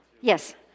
Yes